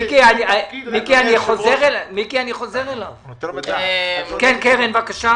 אני תכף חוזר אליך.